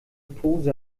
pose